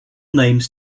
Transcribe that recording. names